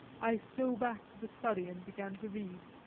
i stole back to the study, and began to read.